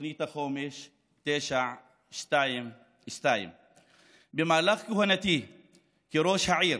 תוכנית החומש 922. במהלך כהונתי כראש עיר